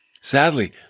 Sadly